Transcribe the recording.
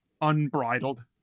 unbridled